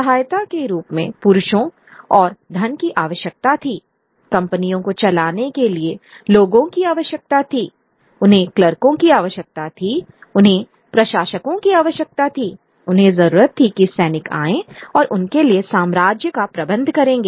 सहायता के रूप में पुरुषों और धन की आवश्यकता थी कंपनियों को चलाने के लिए लोगों की आवश्यकता थी उन्हें क्लर्कों की आवश्यकता थी उन्हें प्रशासकों की आवश्यकता थी उन्हें जरूरत थी कि सैनिक आएं और उनके लिए साम्राज्य का प्रबंधन करेंगे